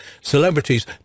celebrities